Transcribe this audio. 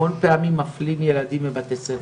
המון פעמים מפלים ילדים בבתי ספר,